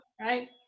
right